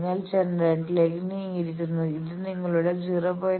നിങ്ങൾ ജനറേറ്ററിലേക്ക് നീങ്ങിയിരിക്കുന്നു ഇത് നിങ്ങളുടെ 0